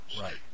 Right